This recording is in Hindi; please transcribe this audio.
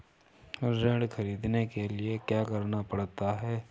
ऋण ख़रीदने के लिए क्या करना पड़ता है?